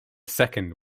second